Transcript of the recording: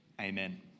amen